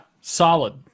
solid